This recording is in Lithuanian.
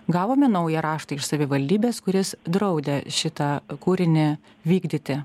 gavome naują raštą iš savivaldybės kuris draudė šitą kūrinį vykdyti